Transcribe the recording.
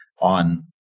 On